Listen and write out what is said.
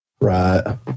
right